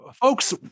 Folks